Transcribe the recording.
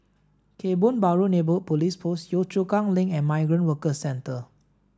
Kebun Baru Neighbourhood Police Post Yio Chu Kang Link and Migrant Workers Centre